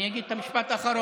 אני אגיד את המשפט האחרון.